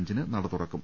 അഞ്ചിന് നട തുറക്കും